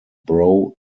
bro